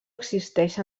existeix